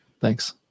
Thanks